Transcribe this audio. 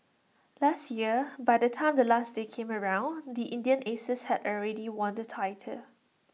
last year by the time the last day came around the Indian Aces had already won the title